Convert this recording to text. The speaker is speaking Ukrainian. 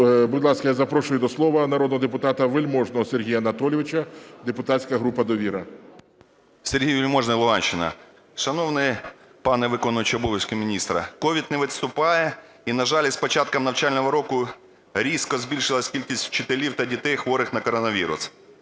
Будь ласка, запрошую до слова народного депутата Вельможного Сергія Анатолійовича, депутатська група "Довіра". 10:46:34 ВЕЛЬМОЖНИЙ С.А. Сергій Вельможний, Луганщина. Шановний пане виконуючий обов'язки міністра! COVID не відступає, і, на жаль, з початком навчального року різко збільшилась кількість вчителів та дітей, хворих на коронавірус.